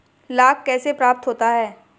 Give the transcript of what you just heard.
लाख कैसे प्राप्त होता है?